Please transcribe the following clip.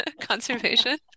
conservation